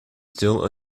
still